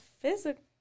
physical